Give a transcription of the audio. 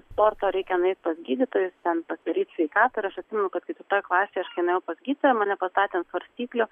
sporto reikia nueit pas gydytojus ten pasidaryt sveikatą ir aš atsimenu kad ketvirtoj klasėj aš kai nuėjau pas gydytoją mane pastatė ant svarstyklių